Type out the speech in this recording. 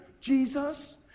Jesus